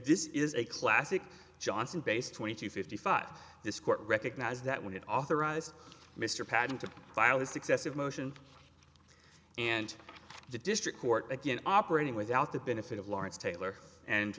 this is a classic johnson base twenty two fifty five this court recognized that when it authorized mr patten to file this excessive motion and the district court again operating without the benefit of lawrence taylor and